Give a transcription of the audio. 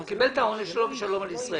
הוא קיבל את העונש שלו ושלום על ישראל.